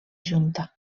junta